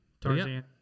Tarzan